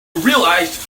realised